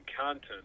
content